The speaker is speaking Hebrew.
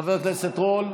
חבר הכנסת רול,